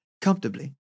comfortably